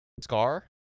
Scar